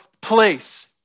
place